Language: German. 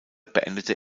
beendete